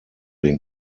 den